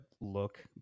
look